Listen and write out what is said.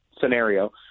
scenario